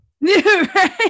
Right